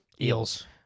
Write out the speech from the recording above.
eels